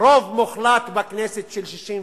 רוב מוחלט בכנסת, של 61,